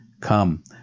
Come